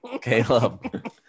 Caleb